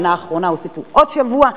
בשנה האחרונה הוסיפו עוד שבוע,